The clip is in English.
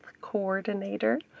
coordinator